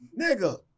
Nigga